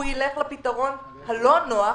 הוא ילך לפתרון הלא נוח,